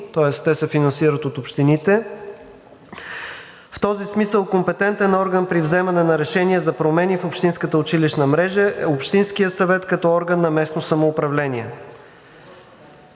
тоест те се финансират от общините. В този смисъл компетентен орган при вземане на решения за промени в общинската училища мрежа е общинският съвет като орган на местно самоуправление.